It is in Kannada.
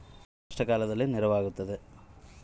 ಹೂಡಿಕೆ ಮಾಡುವುದರಿಂದ ನನಗೇನು ಲಾಭ?